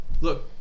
look